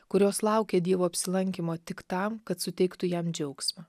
kurios laukia dievo apsilankymo tik tam kad suteiktų jam džiaugsmą